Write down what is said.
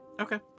Okay